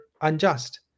unjust